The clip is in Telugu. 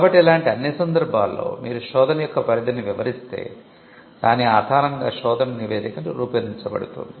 కాబట్టి ఇలాంటి అన్ని సందర్భాల్లో మీరు శోధన యొక్క పరిధిని వివరిస్తే దాని ఆధారంగా శోధన నివేదిక రూపొందించబడుతుంది